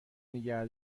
نیگه